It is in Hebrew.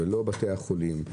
ולא בתי החולים,